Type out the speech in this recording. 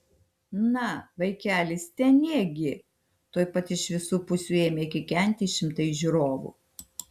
na vaikeli stenėk gi tuoj pat iš visų pusių ėmė kikenti šimtai žiūrovų